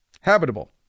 habitable